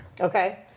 Okay